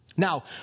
Now